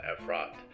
Efrat